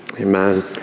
amen